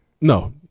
No